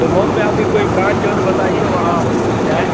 تو مئو میں آپ کی کوئی برانچ ہو تو بتائیے وہاں ہم جائیں